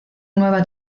nueva